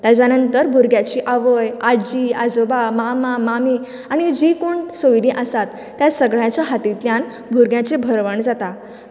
ताच्या नंतर भुरग्यांचे आवय आजी आजोबा मामा मामी आनी जी कोण सोयरी आसात त्या सगळ्याचे हातींतल्यान भुरग्याचे भरवण जाता